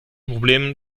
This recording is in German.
problem